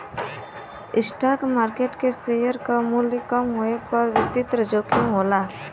stock market में share क मूल्य कम होये पर वित्तीय जोखिम होला